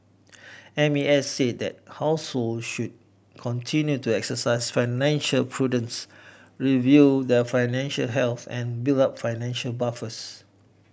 M A S said that household should continue to exercise financial prudence review their financial health and build up financial buffers